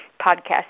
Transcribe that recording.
podcast